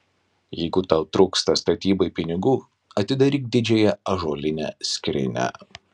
jeigu tau trūksta statybai pinigų atidaryk didžiąją ąžuolinę skrynią